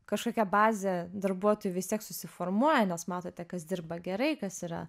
kažkokia bazė darbuotojų vis tiek susiformuoja nes matote kas dirba gerai kas yra